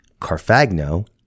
Carfagno